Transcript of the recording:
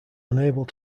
unable